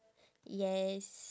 yes